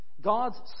God's